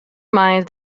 mind